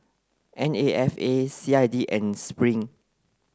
N A F A C I D and Spring